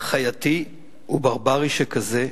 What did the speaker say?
חייתי וברברי שכזה,